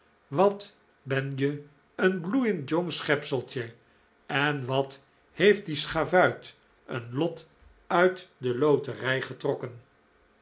wat ben je een bloeiend jong schepseltje en wat heeft die schavuit een lot uit de loterij getrokken